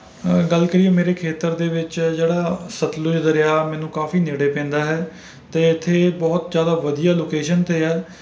ਅ ਗੱਲ ਕਰੀਏ ਮੇਰੇ ਖੇਤਰ ਦੇ ਵਿੱਚ ਜਿਹੜਾ ਸਤਲੁਜ ਦਰਿਆ ਮੈਨੂੰ ਕਾਫੀ ਨੇੜੇ ਪੈਂਦਾ ਹੈ ਅਤੇ ਇੱਥੇ ਬਹੁਤ ਜ਼ਿਆਦਾ ਵਧੀਆ ਲੋਕੇਸ਼ਨ 'ਤੇ ਹੈ